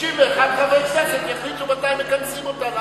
61 חברי כנסת יחליטו מתי מכנסים אותה.